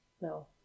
No